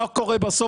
מה קורה בסוף?